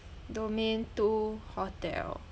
domain two hotel